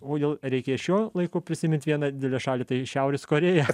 o jau reikia šiuo laiku prisiminti vieną didelę šalį tai šiaurės korėja